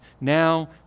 now